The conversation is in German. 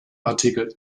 artikel